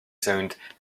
sound